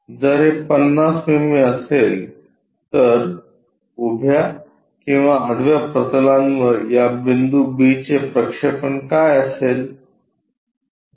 जर हे 50 मिमी असेल तर उभ्या किंवा आडव्या प्रतलांवर या बिंदू B चे प्रक्षेपण काय असेल